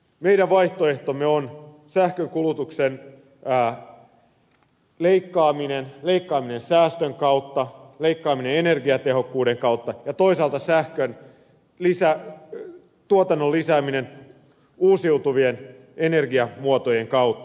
meidän vaihtoehtomme on sähkön kulutuksen leikkaaminen leikkaaminen säästön kautta leikkaaminen energiatehokkuuden kautta ja toisaalta sähkön tuotannon lisääminen uusiutuvien energiamuotojen kautta